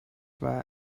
were